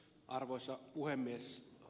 arvoisa puhemies